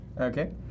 Okay